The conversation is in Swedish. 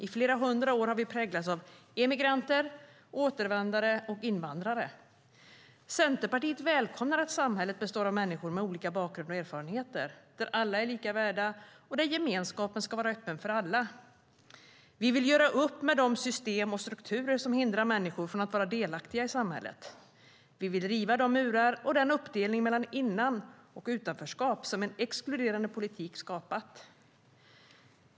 I flera hundra år har vi präglats av emigranter, återvändare och invandrare. Centerpartiet välkomnar att samhället består av människor med olika bakgrund och erfarenheter, där alla är lika värda och där gemenskapen ska vara öppen för alla. Vi vill göra upp med de system och strukturer som hindrar människor från att vara delaktiga i samhället. Vi vill riva de murar och den uppdelning mellan innan och utanförskap som en exkluderande politik skapat.